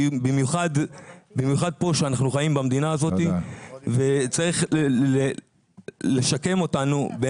במיוחד פה שאנחנו חיים במדינה הזאת וצריך לשקם אותנו.